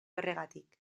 horregatik